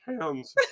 hands